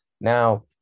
Now